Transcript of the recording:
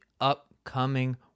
upcoming